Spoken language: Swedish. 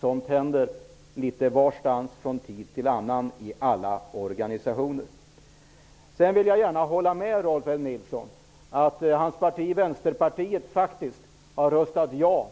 Sådant händer litet varstans från tid till annan i alla organisationer. Jag vill gärna hålla med Rolf L Nilson om att hans parti, Vänsterpartiet, faktiskt har röstat ja